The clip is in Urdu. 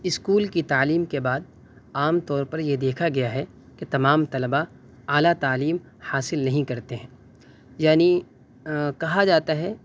اسکول کی تعلیم کے بعد عام طور پر یہ دیکھا گیا ہے کہ تمام طلبہ اعلیٰ تعلیم حاصل نہیں کرتے ہیں یعنی کہا جاتا ہے